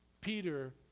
Peter